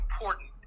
important